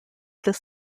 this